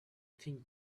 think